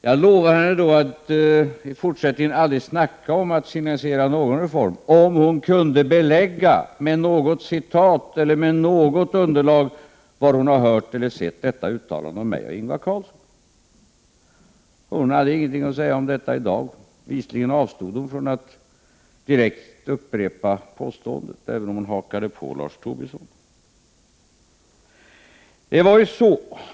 Jag lovade henne då att i fortsättningen aldrig tala om att finansiera någon reform, om hon kunde belägga med något citat eller med något annat underlag var hon har hört eller sett detta uttalande från mig och Ingvar Carlsson. Hon hade ingenting att säga om detta i dag. Visligen avstod hon från att direkt upprepa påståendet, även om hon hakade på Lars Tobisson.